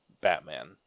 Batman